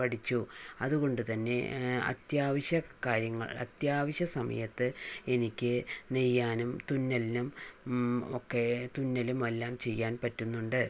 പഠിച്ചു അതുകൊണ്ടു തന്നെ അത്യാവശ്യ കാര്യങ്ങൾ അത്യാവശ്യ സമയത്ത് എനിക്ക് നെയ്യാനും തുന്നലിനും ഒക്കെ തുന്നലുമെല്ലാം ചെയ്യാൻ പറ്റുന്നുണ്ട്